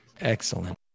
Excellent